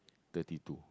thirty two